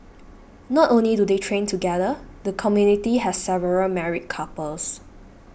not only do they train together the community has several married couples